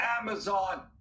amazon